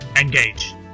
Engage